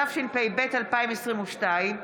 התשפ"ב 2022,